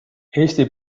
eesti